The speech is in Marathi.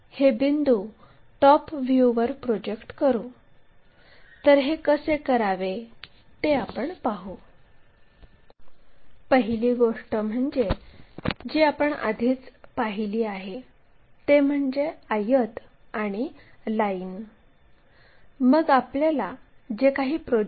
जर बिंदू R हा आडव्या प्लेनच्या वर 50 मिमी अंतरावर असेल तर PQ आणि QR दरम्यान असलेला खरा कोन शोधा